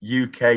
UK